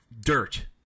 dirt